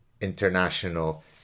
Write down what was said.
international